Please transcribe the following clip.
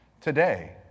today